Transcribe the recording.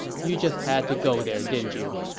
you just had to go there, didn't you?